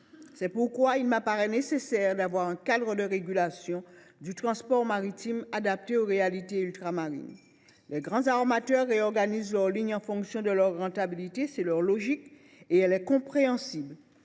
C’est pourquoi il m’apparaît nécessaire d’avoir un cadre de régulation du transport maritime adapté aux réalités ultramarines. Les grands armateurs réorganisent leurs lignes en fonction de leur rentabilité. C’est leur logique et elle est compréhensible.